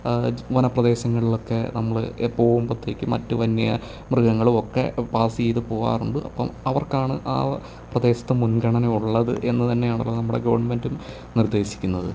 വനപ്രദേശങ്ങളിലൊക്കെ നമ്മൾ എ പോകുമ്പത്തേക്ക് മറ്റ് വന്യ മൃഗങ്ങളും ഒക്കെ പാസ് ചെയ്ത് പോവാറുണ്ട് അപ്പം അവർക്കാണ് ആ പ്രദേശത്ത് മുൻഗണന ഉള്ളത് എന്ന് തന്നെയാണല്ലോ നമ്മുടെ ഗവൺമെന്റും നിർദ്ദേശിക്കുന്നത്